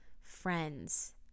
friends